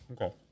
okay